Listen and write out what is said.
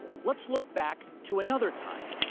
let's look back to another time,